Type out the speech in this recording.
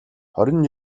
хорин